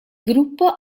gruppo